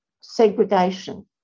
segregation